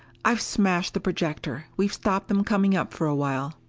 i've smashed the projector! we've stopped them coming up for a while.